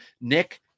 nick